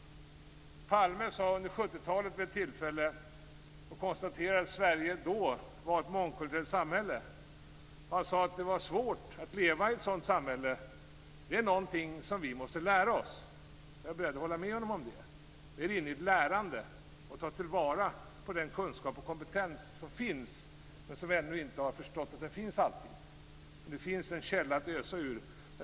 Palme konstaterade vid ett tillfälle på 70-talet att Sverige var ett mångkulturellt samhälle. Han sade att det är svårt att leva i ett sådant samhälle och att det är någonting som vi måste lära oss. Jag är beredd att hålla med honom om det. Vi är inne i ett lärande. Vi skall ta till vara den kunskap och kompetens som finns, även om vi ännu inte alltid förstår att den finns. Det finns en källa att ösa ur.